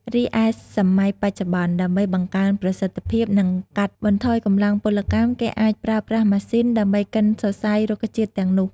រីឯសម័យបច្ចុប្បន្ន ដើម្បីបង្កើនប្រសិទ្ធភាព និងកាត់បន្ថយកម្លាំងពលកម្ម គេអាចប្រើប្រាស់ ម៉ាស៊ីន ដើម្បីកិនសរសៃរុក្ខជាតិទាំងនោះ។